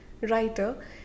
writer